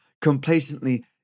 complacently